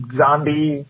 zombie